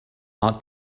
art